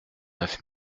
neuf